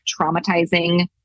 traumatizing